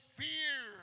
fear